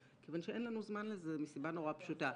כאילו אף אחד לא יודע איך --- (מוזמנת יוצאת מחדר הישיבות.)